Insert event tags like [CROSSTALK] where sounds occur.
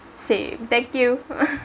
say thank you [LAUGHS]